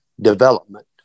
development